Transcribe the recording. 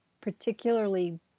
particularly